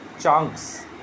chunks